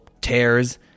tears